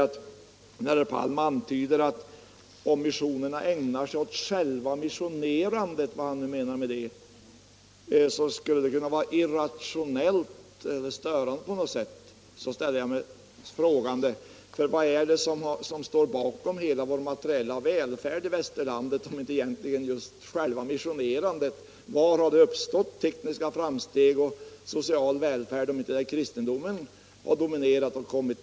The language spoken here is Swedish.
Men när herr Palm säger att det skulle vara irrationellt och störande på något sätt om missionerna ägnar sig åt ”själva missionerandet” — vad han nu menar med det — ställer jag mig frågande. För vad är det som egentligen står bakom hela vår materiella välfärd i västerlandet, om inte just själva missionerandet? Var har det gjorts tekniska framsteg, var har det genomförts social välfärd, om inte där kristendomen har kommit tidigt och dominerat?